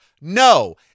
No